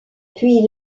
puis